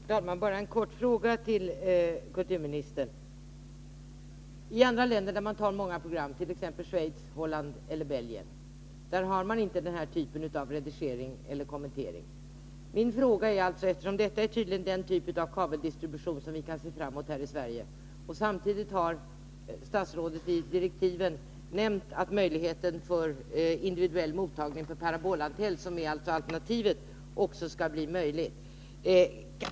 Herr talman! Bara en kort fråga till kulturministern. I andra länder, där man tar emot många program, t.ex. Schweiz, Holland eller Belgien, har man inte den typen av redigering eller kommentarer. Men detta är tydligen den typ av kabeldistribution som vi kan se fram emot här i Sverige. Samtidigt har statsrådet i direktiven nämnt att individuell mottagning med parabolantenn, som är alternativet, också skall bli möjlig.